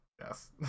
yes